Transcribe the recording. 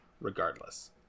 regardless